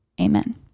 amen